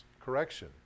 correction